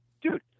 Dude